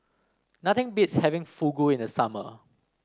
nothing beats having Fugu in the summer